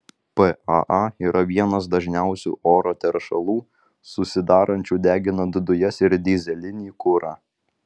paa yra vienas dažniausių oro teršalų susidarančių deginant dujas ir dyzelinį kurą